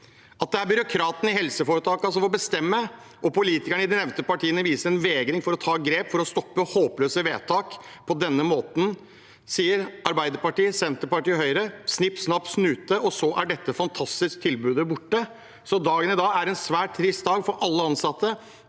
at det er byråkratene i helseforetakene som får bestemme. Politikerne i de nevnte partiene viser en vegring for å ta grep for å stoppe håpløse vedtak. På denne måten sier Arbeiderpartiet, Senterpartiet og Høyre snipp, snapp, snute, så er dette fantastiske tilbudet borte. Dagen i dag er en svært trist dag for alle ansatte,